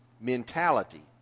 mentality